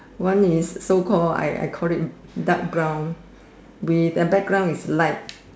one is so called I I call it dark brown with the background is light